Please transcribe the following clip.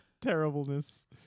terribleness